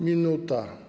Minuta.